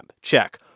check